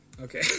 Okay